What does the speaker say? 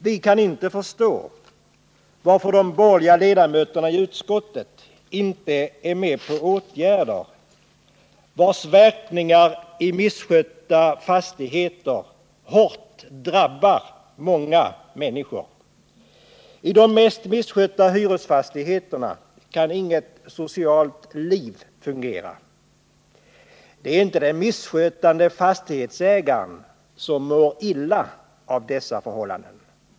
Vi kan inte förstå varför de borgerliga ledamöterna i utskottet inte är med på åtgärder, vilkas verkningar i misskötta fastigheter hårt drabbar många människor. I de mest misskötta hyresfastigheterna kan inget socialt liv fungera. Det är inte den misskötande fastighetsägaren som mår illa av dessa förhållanden.